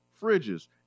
fridges